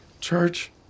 Church